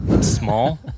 small